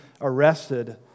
arrested